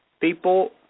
People